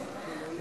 כן.